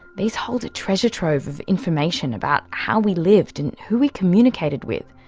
these hold a treasure-trove of information about how we lived and who we communicated with.